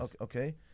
Okay